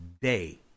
day